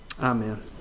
Amen